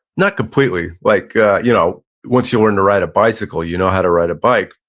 not completely. like you know once you learn to ride a bicycle, you know how to ride a bike,